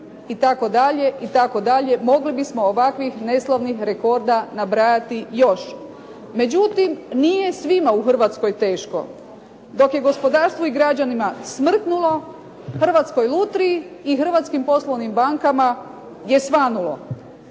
itd., itd., mogli bismo ovakvih neslavnih rekorda nabrajati još. Međutim, nije svima u Hrvatskoj teško. Dok je gospodarstvu i građanima smrtnulo Hrvatskoj lutriji i Hrvatskim poslovnima bankama je svanulo.